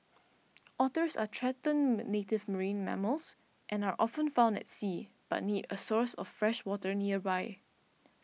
otters are threatened native marine mammals and are often found at sea but need a source of fresh water nearby